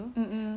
mmhmm